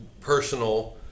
personal